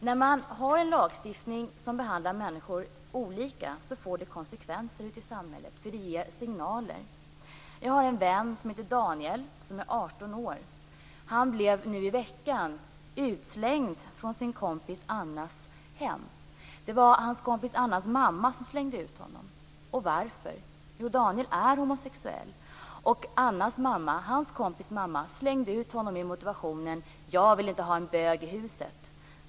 När man har en lagstiftning som behandlar människor olika får det konsekvenser ute i samhället, för det ger signaler. Jag har en vän som heter Daniel, som är 18 år. Han blev nu i veckan utslängd från sin kompis Annas hem. Det var hans kompis Annas mamma som slängde ut honom. Varför? Jo, Daniel är homosexuell. Annas mamma - hans kompis mamma - slängde ut honom med motivationen att hon inte ville ha en bög i huset.